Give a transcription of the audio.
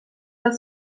del